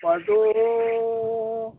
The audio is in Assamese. কইলটো